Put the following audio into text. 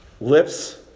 Lips